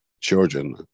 children